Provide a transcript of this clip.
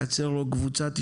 לייצר לו קבוצת השתייכות,